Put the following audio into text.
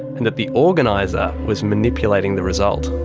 and that the organiser was manipulating the result.